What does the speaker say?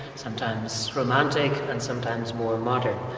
sometimes romantic and sometimes more modern.